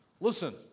Listen